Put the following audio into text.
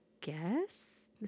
guess